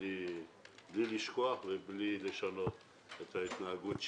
בלי לשכוח ובלי לשנות את ההתנהגות שלהם,